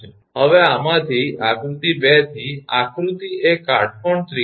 હવે આમાંથી આકૃતિ 2 થી આકૃતિ એ કાટકોણ ત્રિકોણ છે